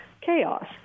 chaos